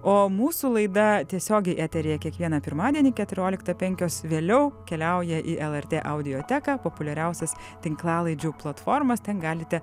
o mūsų laida tiesiogiai eteryje kiekvieną pirmadienį keturioliktą penkios vėliau keliauja į lrt audioteką populiariausias tinklalaidžių platformas ten galite